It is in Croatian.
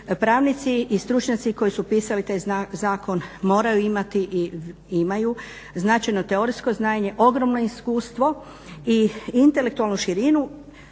Pravnici i stručnjaci koji su pisali taj zakon moraju imati i imaju značajno teorijsko znanje, ogromno iskustvo i intelektualnu širinu